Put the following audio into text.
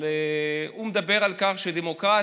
אבל הוא מדבר על דמוקרטיה,